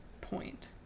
point